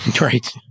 Right